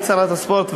היית שרת הספורט.